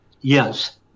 Yes